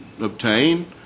obtain